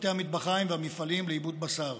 בתי המטבחיים והמפעלים לעיבוד בשר.